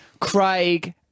Craig